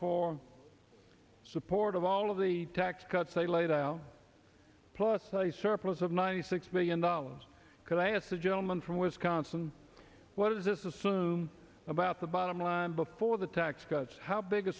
for support of all of the tax cuts they laid out plus a surplus of ninety six million dollars because i asked the gentleman from wisconsin what is this is soon about the bottom line before the tax cuts how big a